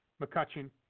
McCutcheon